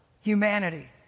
humanity